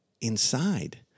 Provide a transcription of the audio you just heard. inside